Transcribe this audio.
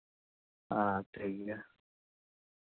ᱦᱮᱸ ᱴᱷᱤᱠ ᱜᱮᱭᱟ